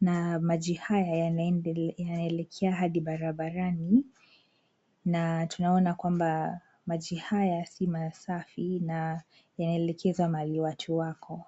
Na maji haya yanaelekea hadi barabarani. Na tunaona kwamba maji haya si masafi na yanaelekezwa mahali watu wako.